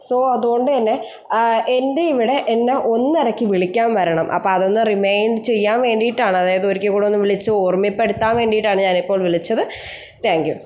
so അതുകൊണ്ടുതന്നെ എൻ്റെ ഇവിടെ എന്നെ ഒന്നരയ്ക്ക് വിളിക്കാൻ വരണം അപ്പം അതൊന്ന് റിമൈൻഡ് ചെയ്യാൻ വേണ്ടിയിട്ടാണ് അതായത് ഒരിക്കൽക്കൂടി ഒന്നു വിളിച്ച് ഓർമ്മപ്പെടുത്താൻ വേണ്ടിയിട്ടാണ് ഞാൻ ഇപ്പോൾ വിളിച്ചത് താങ്ക് യൂ